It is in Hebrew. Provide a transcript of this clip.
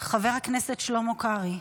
חבר הכנסת שלמה קרעי,